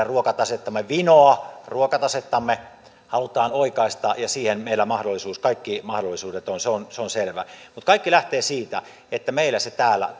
ruokatasettamme vinoa ruokatasettamme halutaan oikaista ja siihen meillä kaikki mahdollisuudet on se on se on selvä mutta kaikki lähtee siitä että meillä täällä